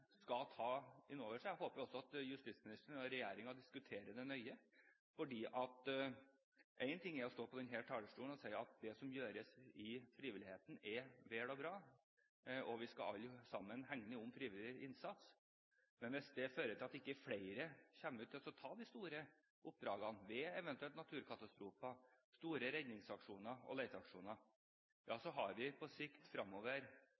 skal ta inn over seg. Jeg håper også at justisministeren og regjeringen diskuterer det nøye. For én ting er å stå på denne talerstolen og si at det som gjøres i frivilligheten er vel og bra, og at vi alle sammen skal hegne om frivillig innsats, men hvis det ikke fører til at flere kommer ut og tar de store oppdragene ved eventuelle naturkatastrofer, store redningsaksjoner og